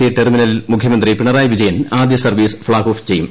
C ടെർമിനലിൽ മുഖ്യമന്ത്രി പിണറായി വിജയൻ ആദ്യ സർവ്വീസ് ഫ്ളാഗ് ഓഫ് ചെയ്യും